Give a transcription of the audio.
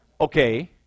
Okay